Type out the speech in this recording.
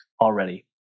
already